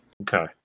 Okay